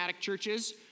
churches